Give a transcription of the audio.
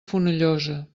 fonollosa